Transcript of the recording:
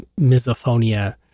Misophonia